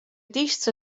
diestse